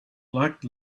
like